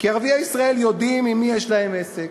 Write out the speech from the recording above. כי ערביי ישראל יודעים עם מי יש להם עסק.